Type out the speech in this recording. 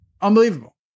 unbelievable